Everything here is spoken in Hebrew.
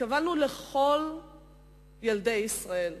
התכוונו לכל ילדי ישראל,